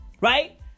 Right